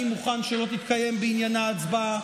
אני מוכן שלא תתקיים בעניינה הצבעה,